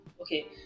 okay